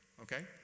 okay